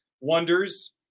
wonders